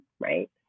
right